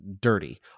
dirty